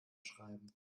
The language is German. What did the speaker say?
schreiben